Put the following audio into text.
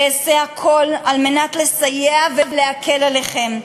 ואעשה הכול על מנת לסייע ולהקל עליכם,